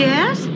Yes